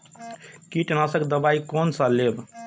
कीट नाशक दवाई कोन सा लेब?